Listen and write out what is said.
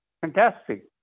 Fantastic